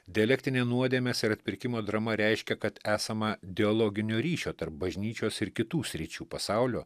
dialektinė nuodėmės ir atpirkimo drama reiškia kad esama dialoginio ryšio tarp bažnyčios ir kitų sričių pasaulio